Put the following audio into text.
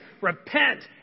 repent